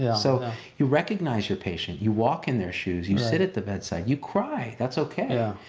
yeah so you recognize your patient, you walk in their shoes, you sit at the bedside, you cry, that's okay,